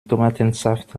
tomatensaft